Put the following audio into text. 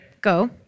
Go